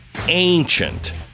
ancient